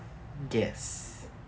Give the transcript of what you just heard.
yes